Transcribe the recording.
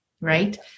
right